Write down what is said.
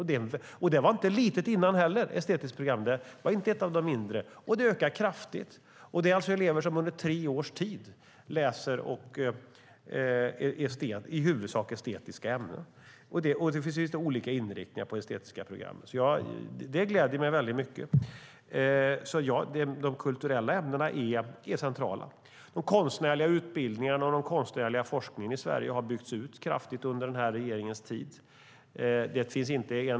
Estetiskt program var inte litet innan heller. Det var inte ett av de mindre programmen. Nu ökar det kraftigt. Det är alltså elever som under tre års tid läser i huvudsak estetiska ämnen. Det finns lite olika inriktningar på det estetiska programmet. Detta gläder mig mycket. De kulturella ämnena är centrala. De konstnärliga utbildningarna och den konstnärliga forskningen i Sverige har byggts ut kraftigt under den här regeringens tid.